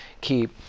keep